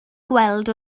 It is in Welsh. gweld